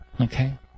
Okay